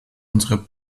unserer